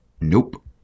Nope